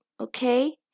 okay